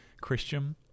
Christian